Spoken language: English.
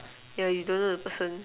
yeah you don't know the person